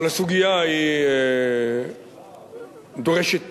אבל הסוגיה דורשת פתרון,